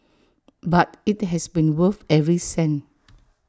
but IT has been worth every cent